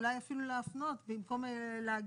אולי אפילו להפנות במקום להגיד